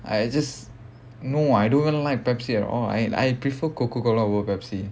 I just no I don't even like Pepsi at all I I prefer Coca-Cola over Pepsi